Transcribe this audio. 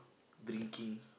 drinking